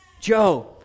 Joe